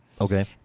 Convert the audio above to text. Okay